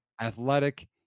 athletic